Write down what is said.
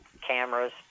cameras